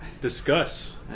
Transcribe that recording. discuss